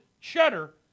cheddar